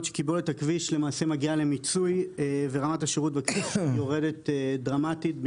שקיבולת הכביש מגיעה למיצוי ורמת השירות בכביש יורדת דרמטית,